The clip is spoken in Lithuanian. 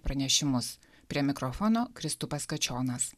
pranešimus prie mikrofono kristupas kačionas